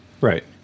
Right